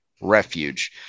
refuge